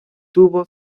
tuvo